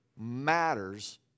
matters